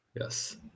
Yes